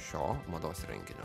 šio mados renginio